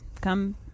Come